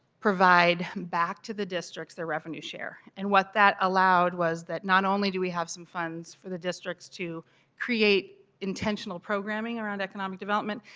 provide back to the districts the revenue share. and what that allowed was that not only do we have some funds for the districts to create intentional programming around economic development,